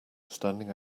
standing